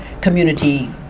community